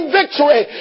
victory